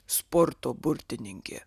sporto burtininkė